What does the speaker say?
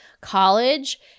college